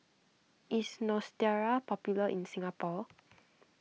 is Neostrata popular in Singapore